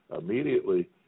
immediately